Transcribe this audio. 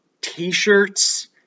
t-shirts